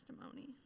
testimony